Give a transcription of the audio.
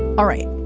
all right.